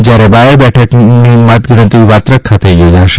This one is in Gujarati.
જ્યારે બાયડ બેઠકની મતગણતરી વાત્રક ખાતે યોજાશે